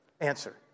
answer